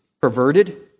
perverted